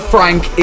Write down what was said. Frank